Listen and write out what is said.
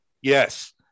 Yes